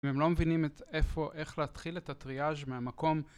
אם הם לא מבינים איפה, איך להתחיל את הטריאז' מהמקום